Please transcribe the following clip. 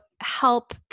help